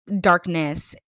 darkness